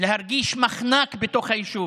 להרגיש מחנק בתוך היישוב.